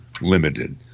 limited